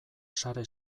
sare